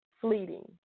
fleeting